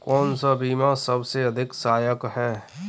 कौन सा बीमा सबसे अधिक सहायक है?